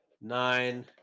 Nine